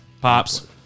Pops